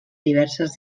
diverses